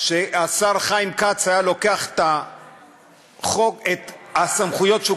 השר חיים כץ היה לוקח את הסמכויות שהוא